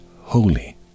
holy